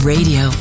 Radio